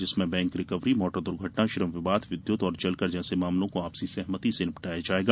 जिसमें bank recovery motor दुर्घटना श्रम विवाद विद्युत और जलकर जैसे मामलों को आपसी सहमति से निपटाया जायेगा